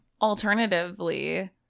alternatively